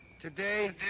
Today